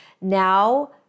Now